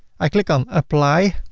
i click on apply,